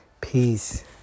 Peace